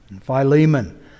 Philemon